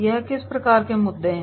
यह किस प्रकार के मुद्दे हैं